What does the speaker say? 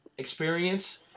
Experience